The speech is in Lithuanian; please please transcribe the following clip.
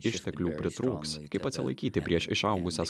išteklių pritrūks kaip atsilaikyti prieš išaugusias